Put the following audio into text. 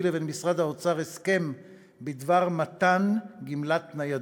ובין משרד האוצר הסכם בדבר מתן גמלת ניידות.